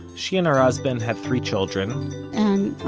she and her husband had three children and,